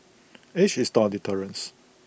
age is not A deterrence